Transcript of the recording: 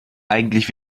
eigentlich